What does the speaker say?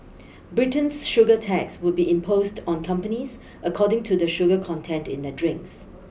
Britain's sugar tax would be imposed on companies according to the sugar content in their drinks